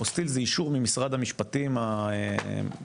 אפוסטיל זה אישור ממשרד המשפטים המקומי,